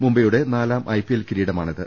മുംബൈയുടെ നാലാം I P L കിരീടമാണിത്